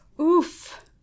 Oof